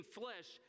flesh